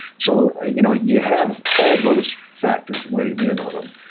so ah you know you have all those factors weighing in on them.